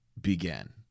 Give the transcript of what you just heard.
began